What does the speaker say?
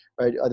right